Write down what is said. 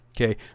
Okay